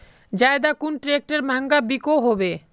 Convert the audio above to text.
ज्यादा कुन ट्रैक्टर महंगा बिको होबे?